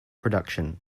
production